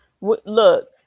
Look